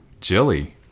Jilly